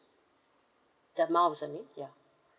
the miles I mean ya